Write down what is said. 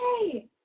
hey